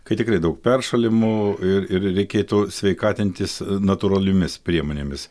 kai tikrai daug peršalimų ir ir reikėtų sveikatintis natūraliomis priemonėmis